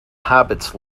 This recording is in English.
hobbits